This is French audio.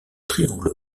triangle